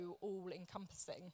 all-encompassing